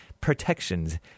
protections